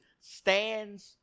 stands